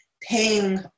paying